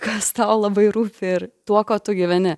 kas tau labai rūpi ir tuo kuo tu gyveni